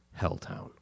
Helltown